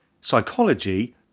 psychology